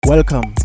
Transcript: Welcome